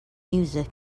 music